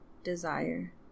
desire